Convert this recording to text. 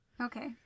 Okay